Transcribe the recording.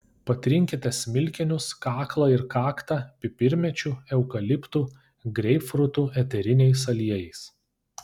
patrinkite smilkinius kaklą ir kaktą pipirmėčių eukaliptų greipfrutų eteriniais aliejais